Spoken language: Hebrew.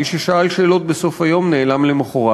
מי ששאל שאלות בסוף היום נעלם למחרת.